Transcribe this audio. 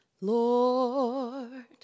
Lord